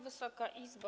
Wysoka Izbo!